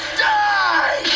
die